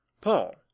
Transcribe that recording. paul